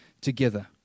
Together